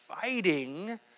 fighting